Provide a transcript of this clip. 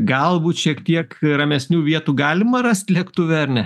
galbūt šiek tiek ramesnių vietų galima rast lėktuve ar ne